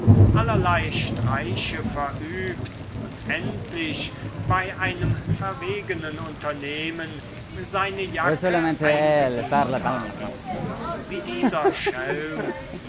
allerlei streiche verübt und endlich bei einem verwegenen unternehmen seine jacke eingebüßt habe wie dieser